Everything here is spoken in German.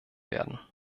werden